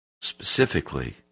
specifically